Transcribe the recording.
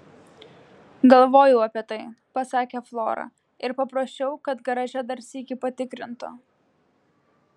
galvojau apie tai pasakė flora ir paprašiau kad garaže dar sykį patikrintų